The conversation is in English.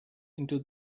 into